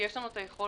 כי יש לנו את הכלים,